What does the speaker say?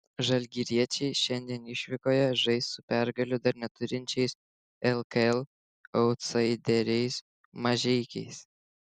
žalgiriečiai šiandien išvykoje žais su pergalių dar neturinčiais lkl autsaideriais mažeikiais